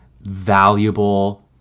valuable